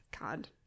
God